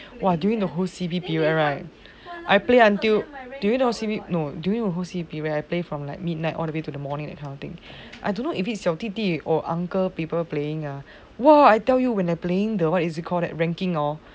!wah! during the whole C_B period right I play until during C_B during C_B where I play from like midnight one A_M to the morning that kind of thing eh I don't know if it 小弟弟 or uncle playing ah but I tell you when I was playing what is it call ranking ah